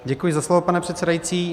Děkuji za slovo, pane předsedající.